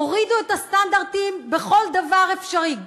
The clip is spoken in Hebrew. הורידו את הסטנדרטים בכל דבר אפשרי,